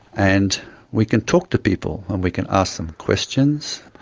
and we can talk to people and we can ask them questions,